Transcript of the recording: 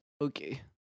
Okay